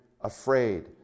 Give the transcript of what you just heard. afraid